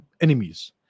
enemies